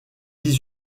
dix